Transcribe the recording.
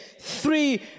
three